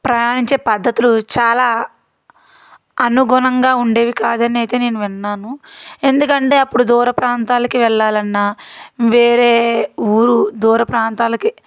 ప్రయాణించే పద్ధతులు చాలా అనుగుణంగా ఉండేవి కాదు అనైతే నేను విన్నాను ఎందుకంటే అప్పుడు దూరప్రాంతాలకు వెళ్ళాలి అన్నా వేరే ఊరు దూర ప్రాంతాలకి